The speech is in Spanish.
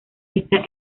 esta